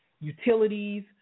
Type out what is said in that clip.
utilities